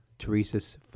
Teresa's